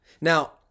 Now